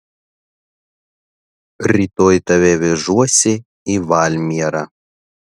rytoj tave vežuosi į valmierą